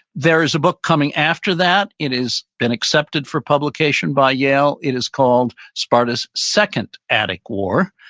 there's a book coming after that, it is been accepted for publication by yale. it is called sparta's second attic war,